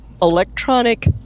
electronic